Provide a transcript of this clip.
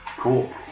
Cool